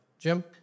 Jim